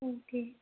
okay